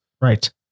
Right